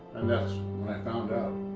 and that's when i found